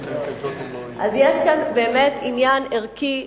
יש כאן באמת עניין ערכי,